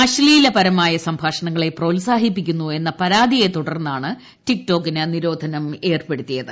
അശ്ലീലപരമായ സംഭാഷണങ്ങളെ പ്രോത്സാഹിപ്പിക്കുന്നു എന്ന പരാതിയെ തുടർന്നാണ് ടിക്ടോക്കിന് നിരോധനം ഏർപ്പെടുത്തിയത്